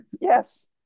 yes